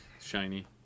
shiny